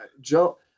Joe